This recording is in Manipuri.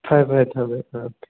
ꯐꯔꯦ ꯐꯔꯦ ꯊꯝꯃꯦ ꯑꯥ